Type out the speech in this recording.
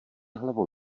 hlavu